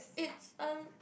it's um